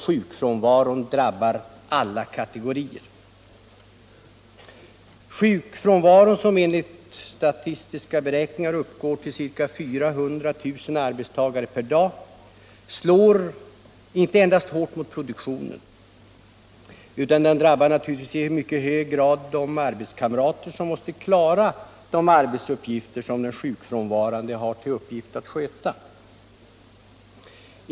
Sjukfrånvaron drabbar alla kategorier. Sjukfrånvaron, som enligt statistiska beräkningar omfattar ca 400 000 arbetstagare per dag, slår inte endast hårt mot produktionen utan drabbar naturligtvis i mycket hög grad de arbetskamrater som måste klara de arbetsuppgifter som den sjukfrånvarande har att sköta.